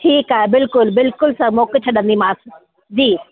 ठीकु आहे बिल्कुलु बिल्कुलु सां मोकिले छॾंदीमास जी